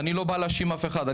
אני לא בא להאשים אף אחד,